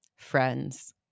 friends